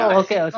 okay